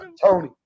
Tony